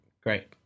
great